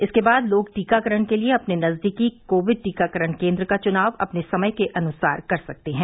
इसके बाद लोग टीकाकरण के लिए अपने नजदीकी कोविड टीकाकरण केंद्र का चुनाव अपने समय के अनुसार कर सकते हैं